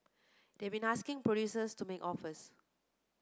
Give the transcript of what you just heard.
they've been asking producers to make offers